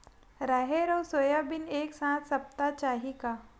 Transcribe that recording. राहेर अउ सोयाबीन एक साथ सप्ता चाही का?